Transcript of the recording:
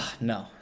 No